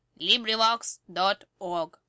LibriVox.org